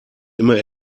immer